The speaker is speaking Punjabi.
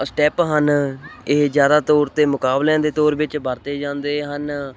ਸਟੈਪ ਹਨ ਇਹ ਜ਼ਿਆਦਾ ਤੌਰ 'ਤੇ ਮੁਕਾਬਲਿਆਂ ਦੇ ਤੌਰ ਵਿੱਚ ਵਰਤੇ ਜਾਂਦੇ ਹਨ